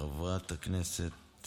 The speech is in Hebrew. חברת הכנסת